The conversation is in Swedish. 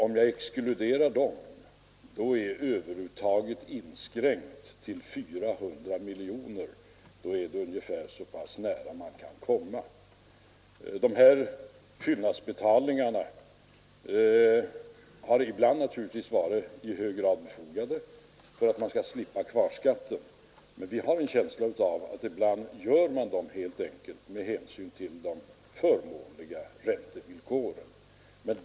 Om jag exkluderar dem, är överuttaget inskränkt till 400 miljoner. Det är ungefär så pass nära man kan komma det definitiva skatteuttaget. Dessa fyllnadsbetalningar har naturligtvis ibland varit i hög grad befogade för att man skall slippa kvarskatten, men vi har en känsla av att ibland gör man dem helt enkelt med hänsyn till de förmånliga räntevillkoren.